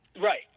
Right